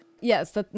Yes